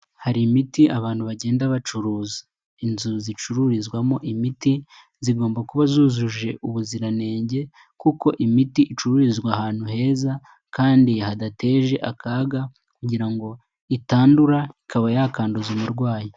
Hari imiti abantu bagenda bacuruza inzu zicururizwamo imiti zigomba kuba zujuje ubuziranenge kuko imiti icururizwa ahantu heza kandi hadateje akaga kugira ngo itandura ikaba yakanduza umurwayi.